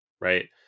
right